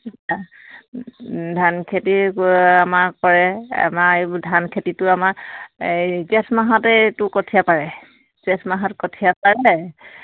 ধান খেতি আমাৰ কৰে আমাৰ এইবোৰ ধান খেতিটো আমাৰ এই জেঠ মাহতে এইটো কঠিয়া পাৰে জেঠ মাহত কঠিয়া পাৰে